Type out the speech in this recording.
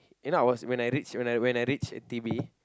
you know I was when I reach when I when I reach D_B